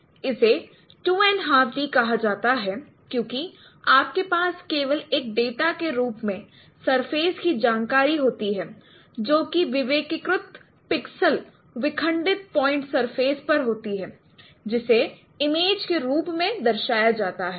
इसे two and half D 2 and ½ D कहा जाता है क्योंकि आपके पास केवल एक डेटा के रूप में सरफेस की जानकारी होती है जो कि विवेकीकृत पिक्सल विखंडित पॉइंट सरफेस पर होती है जिसे इमेज के रूप में दर्शाया जाता है